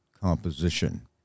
composition